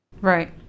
Right